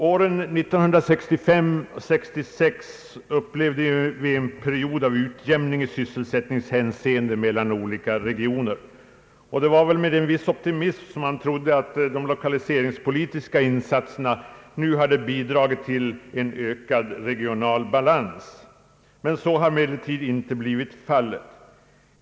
Åren 1965 och 1966 upplevde vi en period av utjämning i sysselsättningshänseende mellan olika regioner. Det var med en viss optimism man trodde att de lokaliseringspolitiska insatserna nu hade bidragit till en ökad regional balans. Så har emellertid inte blivit fallet.